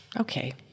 okay